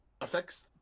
Affects